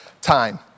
time